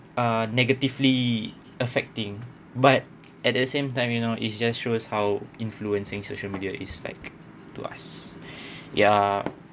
ah negatively affecting but at the same time you know it's just shows how influencing social media is like to us ya